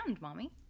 Mommy